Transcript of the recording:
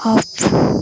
of